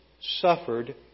suffered